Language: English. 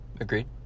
Agreed